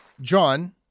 John